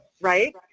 right